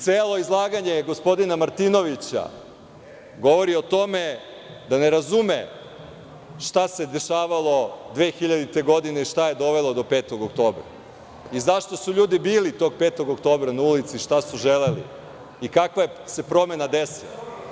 Celo izlaganje gospodina Martinovića govori o tome da ne razume šta se dešavalo 2000. godine, šta je dovelo do 5. oktobra, zašto su ljudi bili tog 5. oktobra, šta su želeli i kakva se promena desila.